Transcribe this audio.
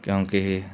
ਕਿਉਂਕਿ